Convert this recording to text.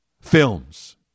films